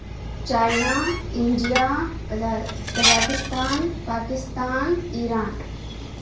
China India کجا Kazakhstan Pakistan Iran